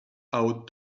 how